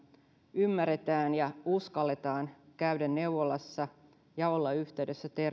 ymmärretään ja uskalletaan käydä neuvolassa ja olla yhteydessä